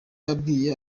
yabwiye